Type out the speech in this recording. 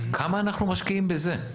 כמה אנחנו משקיעים בזה?